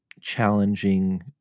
challenging